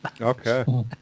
okay